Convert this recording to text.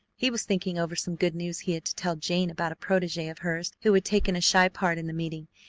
he was thinking over some good news he had to tell jane about a protege of hers who had taken a shy part in the meeting,